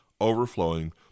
overflowing